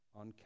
on